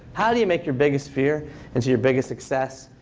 how do you make your biggest fear into your biggest success?